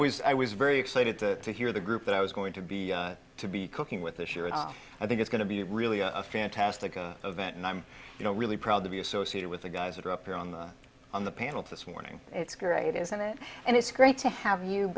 was i was very excited to hear the group that i was going to be to be cooking with the sure i think it's going to be really a fantastic event and i'm you know really proud to be associated with the guys that are up there on the on the panel to this morning it's great isn't it and it's great to have you